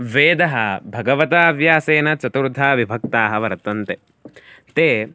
वेदः भगवताव्यासेन चतुर्धा विभक्ताः वर्तन्ते ते